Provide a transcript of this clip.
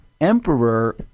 emperor